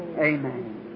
Amen